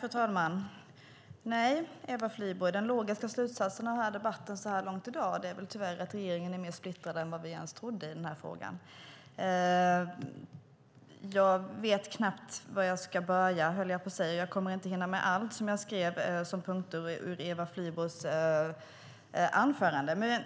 Fru talman! Nej, Eva Flyborg, den logiska slutsatsen av debatten så här långt i dag är tyvärr att regeringen är mer splittrad än vad vi ens trodde i den här frågan. Jag vet knappt var jag ska börja och kommer inte att hinna med allt som jag skrev upp som punkter från Eva Flyborgs anförande. Men